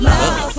love